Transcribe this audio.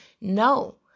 No